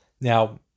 Now